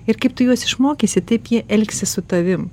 ir kaip tu juos išmokysi taip jie elgsis su tavim